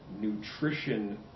nutrition